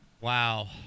Wow